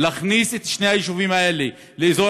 להכניס את שני היישובים האלה לאזור